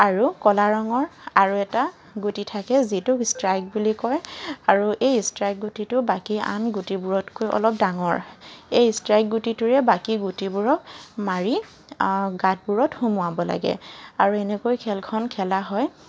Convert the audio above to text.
আৰু কলা ৰঙৰ আৰু এটা গুটি থাকে যিটোক ষ্টাইক বুলি কয় আৰু এই ষ্ট্ৰাইক গুটিটো বাকী আন গুটিবোৰতকৈ অলপ ডাঙৰ এই ষ্ট্ৰাইক গুটিবোৰে বাকী আন গুটিবোৰক মাৰি গাঁতবোৰত সোমোৱাব লাগে আৰু এনেকৈ খেলখন খেলা হয়